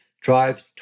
drive